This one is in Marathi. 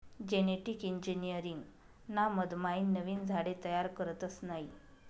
जेनेटिक इंजिनीअरिंग ना मधमाईन नवीन झाडे तयार करतस नयी